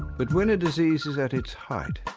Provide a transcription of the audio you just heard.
but when a disease is at its height,